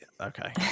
okay